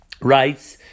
writes